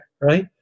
right